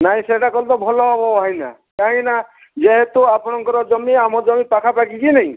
ନାଇଁ ସେଇଟା କଲେ ତ ଭଲ ହେବ ଭାଇନା କାହିଁକିନା ଯେହେତୁ ଆପଣଙ୍କର ଜମି ଆମ ଜମି ପାଖାପାଖି କି ନାଇଁ